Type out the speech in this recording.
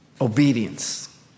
Obedience